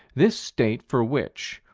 this state for which,